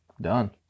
done